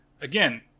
Again